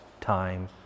time